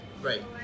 Right